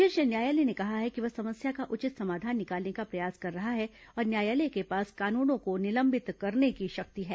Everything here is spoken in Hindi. शीर्ष न्यायालय ने कहा कि वह समस्या का उचित समाधान निकालने का प्रयास कर रहा है और न्यायालय के पास कानूनों को निलंबित करने की शक्ति है